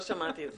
שמעתי את זה.